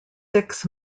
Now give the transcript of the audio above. six